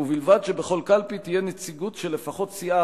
ובלבד שבכל קלפי תהיה נציגות של לפחות סיעה